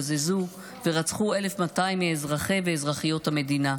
בזזו ורצחו 1,200 מאזרחי ואזרחיות המדינה.